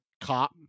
cop